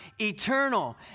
eternal